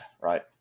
right